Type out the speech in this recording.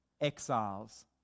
Exiles